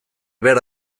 behar